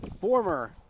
former